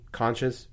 conscious